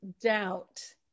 doubt